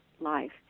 life